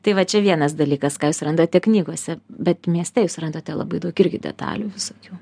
tai va čia vienas dalykas ką jūs randate knygose bet mieste jūs randate labai daug irgi detalių visokių